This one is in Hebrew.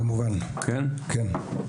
כמובן שיש פיקוח.